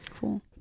Cool